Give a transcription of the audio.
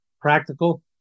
practical